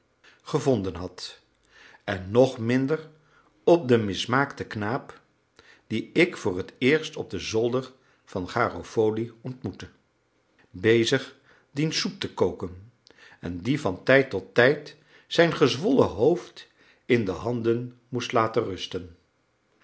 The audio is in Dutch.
gevonden had en nog minder op den mismaakten knaap dien ik voor het eerst op den zolder van garofoli ontmoette bezig diens soep te koken en die van tijd tot tijd zijn gezwollen hoofd in de handen moest laten rusten